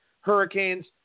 hurricanes